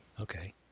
Okay